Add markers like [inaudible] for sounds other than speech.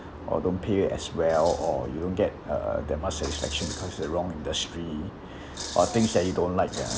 or don't pay you as well or you don't get uh that much satisfaction because they're wrong industry [breath] or things that you don't like ah